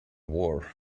war